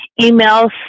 emails